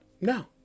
No